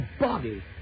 body